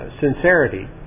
sincerity